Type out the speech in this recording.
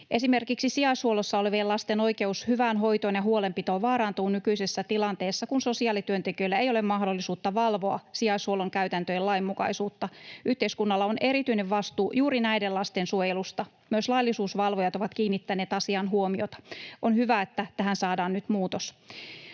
Esimerkiksi sijaishuollossa olevien lasten oikeus hyvään hoitoon ja huolenpitoon vaarantuu nykyisessä tilanteessa, kun sosiaalityöntekijöillä ei ole mahdollisuutta valvoa sijaishuollon käytäntöjen lainmukaisuutta. Yhteiskunnalla on erityinen vastuu juuri näiden lasten suojelusta. Myös laillisuusvalvojat ovat kiinnittäneet asiaan huomiota. On hyvä, että tähän saadaan nyt muutos.